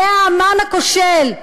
זה האמן הכושל.